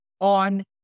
on